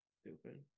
Stupid